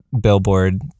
billboard